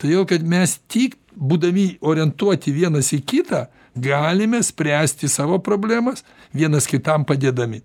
todėl kad mes tik būdami orientuoti vienas į kitą galime spręsti savo problemas vienas kitam padėdami